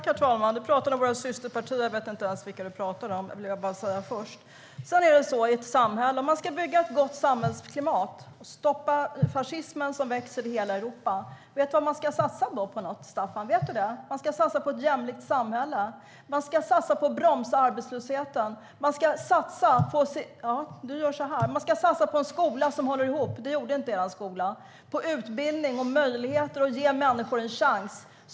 Herr talman! Du pratar om våra systerpartier. Jag vet inte ens vilka du pratar om. Det vill jag först säga. Om man ska bygga ett gott samhällsklimat och stoppa fascismen som växer i hela Europa, vet du vad man ska satsa på då, Staffan? Vet du det? Man ska satsa på ett jämlikt samhälle. Man ska satsa på att bromsa arbetslösheten. Man ska satsa på en skola som håller ihop. Det gjorde inte er skola. Man ska satsa på utbildning, möjligheter och att ge människor en chans.